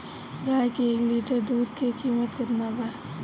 गाय के एक लीटर दूध के कीमत केतना बा?